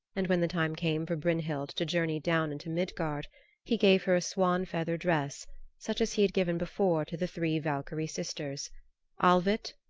and when the time came for brynhild to journey down into midgard he gave her a swan-feather dress such as he had given before to the three valkyrie sisters alvit,